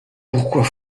pourquoi